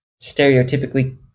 stereotypically